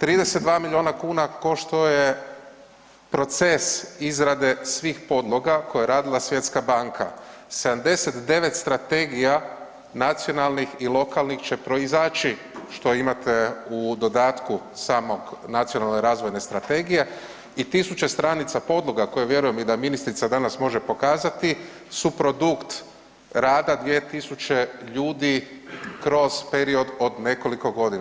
32 miliona kuna koštao je proces izrade svih podloga koje je radila Svjetska banka, 79 strategija nacionalnih i lokalnih će proizaći što imate u dodatku samog nacionalne razvojne strategije i 1000 stranica podloga koje vjerujem i da ministrica danas može pokazati su produkt rada 2000 ljudi kroz period od nekoliko godina.